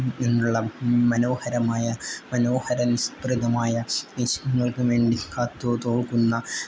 എന്നുള്ള മനോഹരമായ മനോഹര നിസ്പൃതമായ നിമിഷങ്ങൾക്ക് വേണ്ടി കാതോർക്കുന്ന